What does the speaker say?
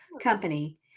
company